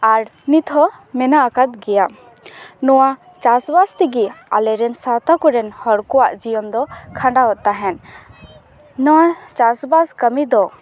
ᱟᱨ ᱱᱤᱛ ᱦᱚᱸ ᱢᱮᱱᱟᱜ ᱠᱟᱫ ᱜᱮᱭᱟ ᱱᱚᱣᱟ ᱪᱟᱥᱵᱟᱥ ᱛᱮᱜᱮ ᱟᱞᱮᱨᱮᱱ ᱥᱟᱶᱛᱟ ᱠᱚᱨᱮᱱ ᱦᱚᱲ ᱠᱚᱣᱟᱜ ᱡᱤᱭᱚᱱ ᱫᱚ ᱠᱷᱟᱸᱰᱟᱣᱮᱫ ᱛᱟᱦᱮᱱ ᱱᱚᱣᱟ ᱪᱟᱥᱵᱟᱥ ᱠᱟᱹᱢᱤ ᱫᱚ